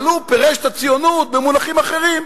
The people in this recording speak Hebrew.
אבל הוא פירש את הציונות במונחים אחרים.